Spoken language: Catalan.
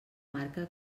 marca